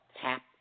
tap